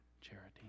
charity